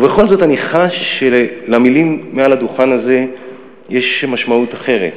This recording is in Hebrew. ובכל זאת אני חש שלמילים מהדוכן הזה יש משמעות אחרת,